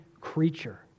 creature